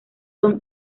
son